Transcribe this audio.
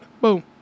boom